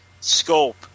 scope